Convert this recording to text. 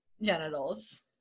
genitals